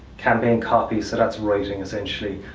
campaign copy, set out to writing essentially.